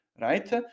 right